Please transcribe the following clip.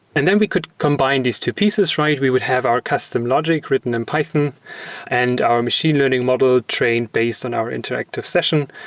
and then we could combine these two pieces, right? we would have our custom logic written in python and our machine learning model train based on our interactive session.